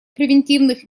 превентивных